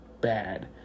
bad